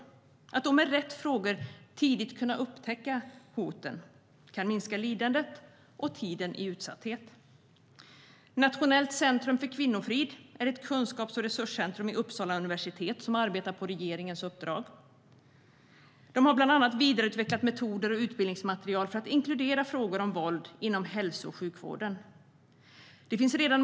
Att då med rätt frågor tidigt kunna upptäcka hoten kan minska lidandet och tiden i utsatthet. Nationellt centrum för kvinnofrid är ett kunskaps och resurscentrum vid Uppsala universitet som arbetar på regeringens uppdrag. De har bland annat vidareutvecklat metoder och utbildningsmaterial för att inkludera frågor om våld i hälso och sjukvården.